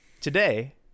today